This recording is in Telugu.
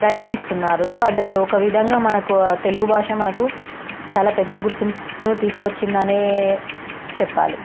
ప్రయత్నిస్తున్నారు సో అది ఒక విధంగా మనకు తెలుగు భాష మనకు చాలా పెద్ద గుర్తింపును తీసుకొచ్చిందనే చెప్పాలి